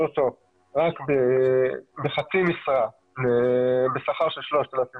אותו רק בחצי משרה בשכר של 3,000 ₪,